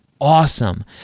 Awesome